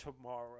tomorrow